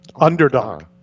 underdog